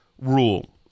rule